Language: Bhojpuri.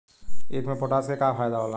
ईख मे पोटास के का फायदा होला?